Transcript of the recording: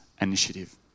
Initiative